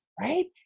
right